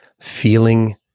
feeling